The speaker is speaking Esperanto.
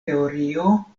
teorio